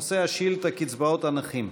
נושא השאילתה: קצבאות הנכים.